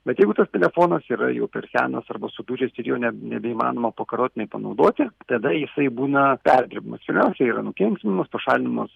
bet jeigu tas telefonas yra jau per senas arba sudužęs ir jau net nebeįmanoma pakartotinai panaudoti tada jisai būna perdirbamas pirmiausia yra nukenksminamos pašalinamos